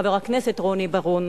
חבר הכנסת רוני בר-און.